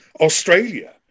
Australia